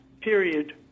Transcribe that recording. period